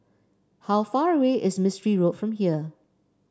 how far away is Mistri Road from here